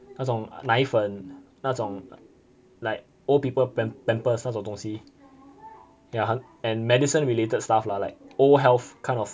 那种奶粉那种 like old people pampers 那种东西 ya and medicine related stuff lah like old health kind of